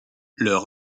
leur